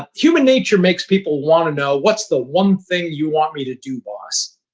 ah human nature makes people want to know, what's the one thing you want me to do, boss?